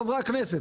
חברי הכנסת,